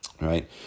right